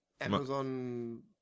Amazon